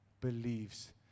believes